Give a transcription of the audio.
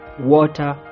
water